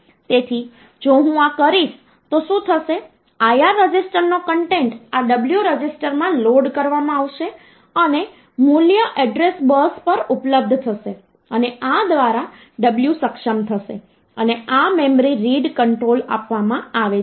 તેથી જો હું આ કરીશ તો શું થશે IR રજિસ્ટરનો કન્ટેન્ટ આ w રજિસ્ટરમાં લોડ કરવામાં આવશે અને મૂલ્ય એડ્રેસ બસ પર ઉપલબ્ધ થશે અને આ દ્વારા w સક્ષમ થશે અને આ મેમરી રીડ કંટ્રોલ આપવામાં આવે છે